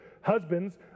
Husbands